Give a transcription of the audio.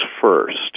first